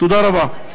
תודה רבה.